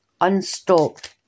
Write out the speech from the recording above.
unstopped